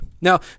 Now